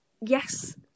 Yes